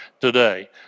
today